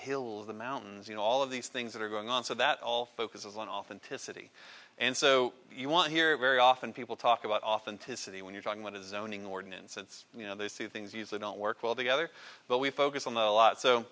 hills the mountains you know all of these things that are going on so that all focus is on authenticity and so you want to hear very often people talk about authenticity when you're talking about his own ng ordinance it's you know there's two things you don't work well together but we focus on a lot so